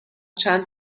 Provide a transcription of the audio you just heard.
چند